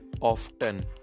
often